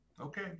okay